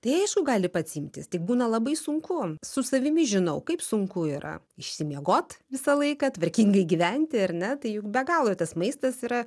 tai aišku gali pats imtis tik būna labai sunku su savimi žinau kaip sunku yra išsimiegot visą laiką tvarkingai gyventi ar ne tai juk be galo tas maistas yra